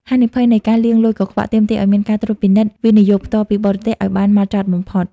ហានិភ័យនៃ "ការលាងលុយកខ្វក់" ទាមទារឱ្យមានការត្រួតពិនិត្យ វិនិយោគផ្ទាល់ពីបរទេស ឱ្យបានហ្មត់ចត់បំផុត។